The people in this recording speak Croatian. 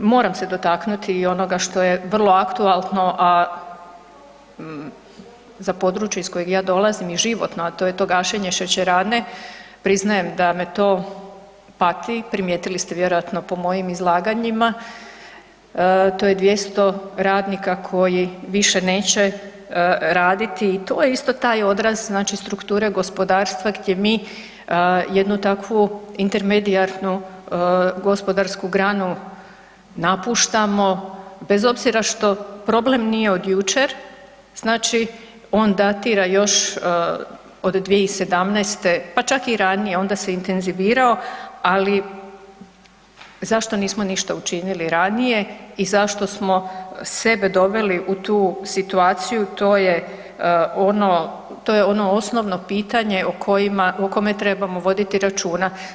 Moram se dotaknuti i onoga što je vrlo aktualno, a za područje iz kojeg ja dolazi i životno, a to je to gašenje šećerane, priznajem da me to pati, primijetili ste vjerojatno po mojim izlaganjima, to je 200 radnika koji više neće raditi i to je isto taj odraz, znači strukture gospodarstva gdje mi jednu takvu intermedijarnu gospodarsku granu napuštamo, bez obzira što problem nije od jučer, znači on datira još od 2017., pa čak i ranije, onda se intenzivirao, ali zašto nismo ništa učinili ranije i zašto smo sebe doveli u tu situaciju, to je ono, to je ono osnovno pitanje o kome trebamo voditi računa.